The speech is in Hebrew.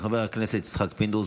חבר הכנסת יצחק פינדרוס,